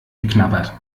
geknabbert